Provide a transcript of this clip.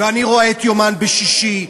ואני רואה "יומן" בשישי,